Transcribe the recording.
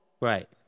Right